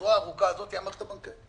הזרוע הארוכה הזאת היא המערכת הבנקאית.